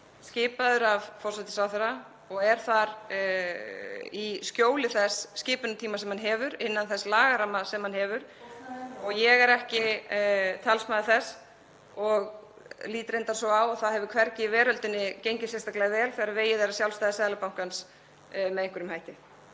skipaður af forsætisráðherra og er þar í skjóli þess skipunartíma sem hann hefur innan þess lagaramma sem hann hefur. (Gripið fram í.) Ég er ekki talsmaður þess og lít reyndar svo á og það hefur hvergi í veröldinni gengið sérstaklega vel þegar vegið er að sjálfstæði Seðlabankans með einhverjum hætti,